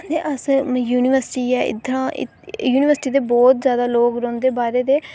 ते अस यूनिवर्सिटी ऐ इत्थां युनिवर्सिटी च बहुत जादा लोक रौंह्दे बाहरै दे